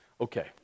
Okay